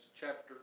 chapter